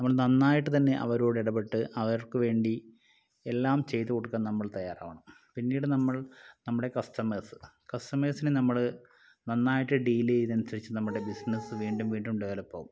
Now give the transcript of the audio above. നമ്മൾ നന്നായിട്ടുതന്നെ അവരോട് ഇടപെട്ട് അവർക്കുവേണ്ടി എല്ലാം ചെയ്തു കൊടുക്കാൻ നമ്മൾ തയ്യാറാവണം പിന്നീട് നമ്മൾ നമ്മുടെ കസ്റ്റമേഴ്സ് കസ്റ്റമേഴ്സിനെ നമ്മൾ നന്നായിട്ട് ഡീൽ ചെയ്തതിന് അനുസരിച്ച് നമ്മുടെ ബിസ്നസ്സ് വീണ്ടും വീണ്ടും ഡെവലപ്പാവും